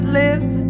live